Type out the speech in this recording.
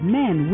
men